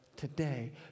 today